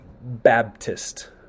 Baptist